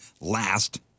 last